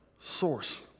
source